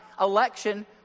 election